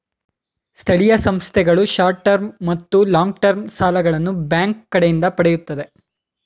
ಸ್ಥಳೀಯ ಸಂಸ್ಥೆಗಳು short term ಮತ್ತು ಲಾಂಗ್ ಟರ್ಮ್ ಸಾಲಗಳನ್ನು ಬ್ಯಾಂಕ್ ಕಡೆಯಿಂದ ಪಡೆಯುತ್ತದೆ